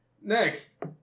Next